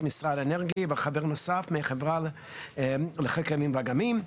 ממשרד האנרגיה וחבר נוסף מהחברה לחקר הימים והאגמים.